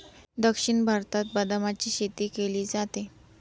दक्षिण भारतात बदामाची शेती केली जाते